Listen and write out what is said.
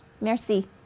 Merci